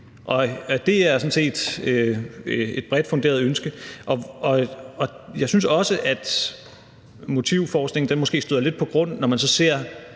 Det er sådan set et bredt funderet ønske. Jeg synes også, at motivforskningen måske støder lidt på grund, når man så ser